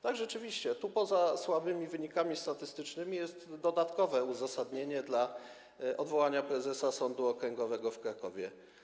Tak, rzeczywiście, poza słabymi wynikami statystycznymi jest dodatkowe uzasadnienie odwołania prezesa Sądu Okręgowego w Krakowie.